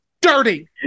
dirty